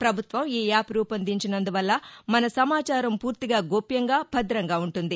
పభుత్వం ఈ యాప్ రూపొందించి నందువల్ల మన సమాచారం పూర్తిగా గోప్యంగా భద్రంగా ఉంటుంది